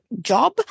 job